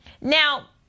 now